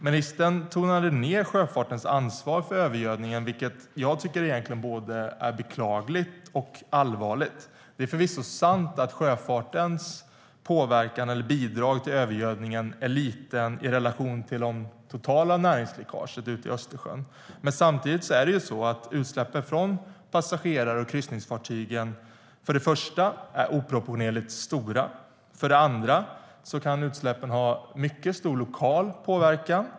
Ministern tonade ned sjöfartens ansvar för övergödningen, vilket jag tycker är både beklagligt och allvarligt. Det är förvisso sant att sjöfartens bidrag till övergödningen är litet i relation till det totala näringsläckaget ut i Östersjön. Men samtidigt är det för det första så att utsläppen från passagerar och kryssningsfartyg är oproportionerligt stora. För det andra kan utsläppen ha mycket stor lokal påverkan.